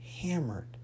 hammered